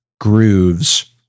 grooves